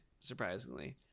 surprisingly